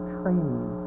training